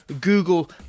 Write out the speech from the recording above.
Google